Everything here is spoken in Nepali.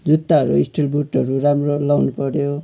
जुत्ताहरू स्टिल बुटहरू राम्रो लगाउनु पर्यो